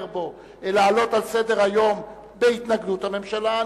בהם להעלות על סדר-היום בהתנגדות הממשלה,